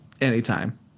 anytime